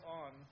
on